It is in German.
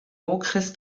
okres